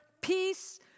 peace